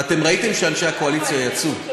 ואתם ראיתם שאנשי הקואליציה יצאו,